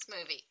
movie